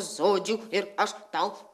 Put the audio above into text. žodžių ir aš tau